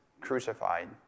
crucified